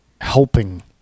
helping